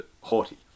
haughty